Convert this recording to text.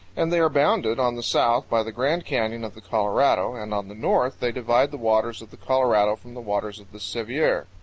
and they are bounded on the south by the grand canyon of the colorado, and on the north they divide the waters of the colorado from the waters of the sevier,